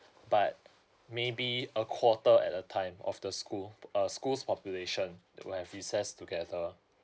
but maybe a quarter at a time of the school uh school's population to have recess together